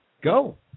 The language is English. Go